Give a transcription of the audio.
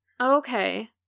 Okay